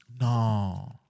No